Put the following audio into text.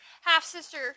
Half-sister